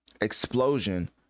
explosion